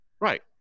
right